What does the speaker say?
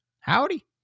Howdy